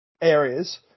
areas